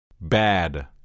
Bad